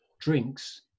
drinks